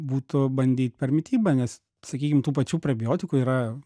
būtų bandyt per mitybą nes sakykim tų pačių prebiotikų yra